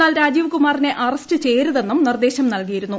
എന്നാൽ രാജീവ്കുമാറിനെ അറസ്റ്റ് ചെയ്യരുതെന്നും നിർദ്ദേശം നൽകിയിരുന്നു